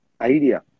idea